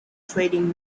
trading